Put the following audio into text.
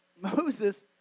Moses